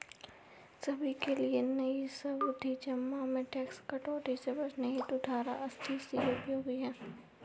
सभी के लिए नई सावधि जमा में टैक्स कटौती से बचने हेतु धारा अस्सी सी उपयोगी है